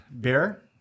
beer